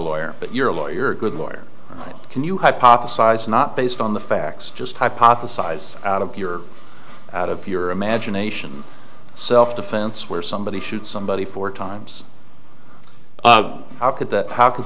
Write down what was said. lawyer but you're a lawyer you're a good lawyer can you hypothesize not based on the facts just hypothesized out of pure out of pure imagination self defense where somebody shoots somebody four times how could that how could